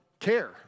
Care